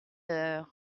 heure